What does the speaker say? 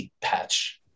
patch